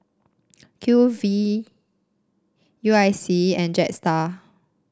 Q V U I C and Jetstar